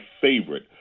favorite